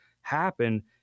happen